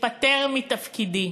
אתפטר מתפקידי.